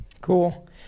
Cool